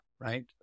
right